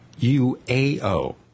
UAO